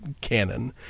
canon